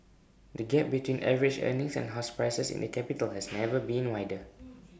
the gap between average earnings and house prices in the capital has never been wider